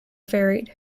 varied